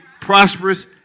prosperous